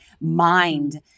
mind